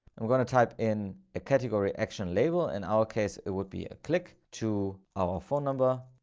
and we're going to type in a category action label in our case, it would be a click to our phone number.